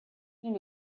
you